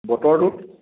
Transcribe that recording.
বতৰটো